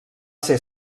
ser